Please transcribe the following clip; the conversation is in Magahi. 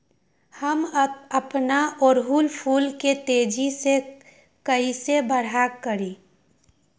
हम अपना ओरहूल फूल के तेजी से कई से बड़ा करी?